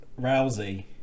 Rousey